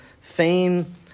fame